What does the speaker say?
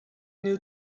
new